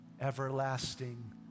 everlasting